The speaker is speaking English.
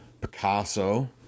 Picasso